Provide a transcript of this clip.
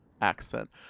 accent